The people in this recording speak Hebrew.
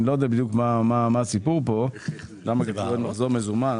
אני לא יודע בדיוק מה הסיפור כאן ולמה כתבו שאין מחזור מזומן.